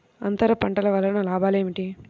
అంతర పంటల వలన లాభాలు ఏమిటి?